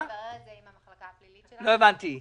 מה זה בסעיף (ז) "למעט ערעור על החלטת המנהל"?